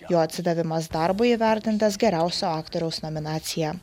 jo atsidavimas darbui įvertintas geriausio aktoriaus nominacija